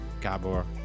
Gabor